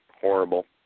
horrible